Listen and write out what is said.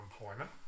employment